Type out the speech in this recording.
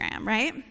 right